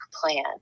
plan